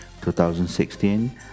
2016